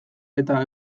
eta